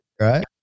Right